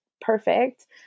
perfect